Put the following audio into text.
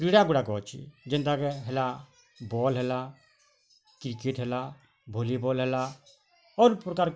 କ୍ରିଡ଼ା ଗୁଡ଼ାକ ଅଛେ ଯେନ୍ତାକେ ହେଲା ବଲ୍ ହେଲା କ୍ରିକେଟ୍ ହେଲା ଭଲିବଲ୍ ହେଲା ଅର୍ ପ୍ରକାର